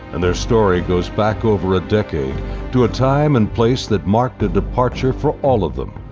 and their story goes back over a decade to a time and place that marked a departure for all of them,